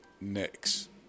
next